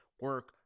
Work